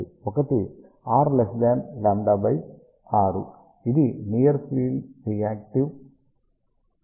ఒకటి r λ 6 ఇది near reactive field region